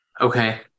Okay